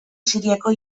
siriako